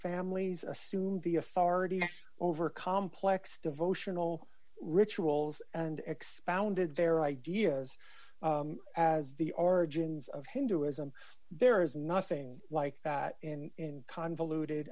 families assume the authority over complex devotional rituals and expounded their ideas as the origins of hinduism there is nothing like that in convoluted